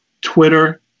twitter